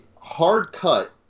hard-cut